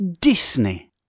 Disney